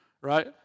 right